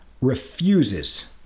refuses